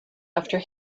after